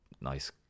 nice